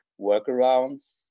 workarounds